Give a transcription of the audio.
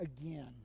again